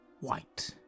white